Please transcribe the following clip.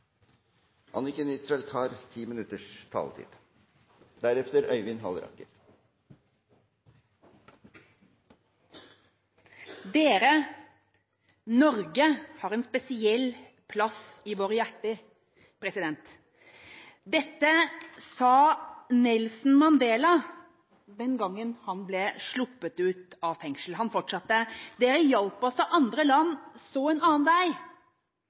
Norge, har en spesiell plass i våre hjerter». Dette sa Nelson Mandela den gangen han ble sluppet ut av fengselet. Han fortsatte: «Dere hjalp oss da andre land så en annen vei».